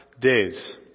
days